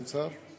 אין שר?